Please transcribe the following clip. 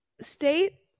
state